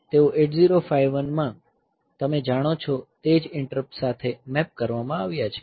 તેઓ 8051 માં તમે જાણો છો તે જ ઇન્ટરપ્ટ સાથે મેપ કરવામાં આવ્યા છે